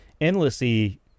endlessly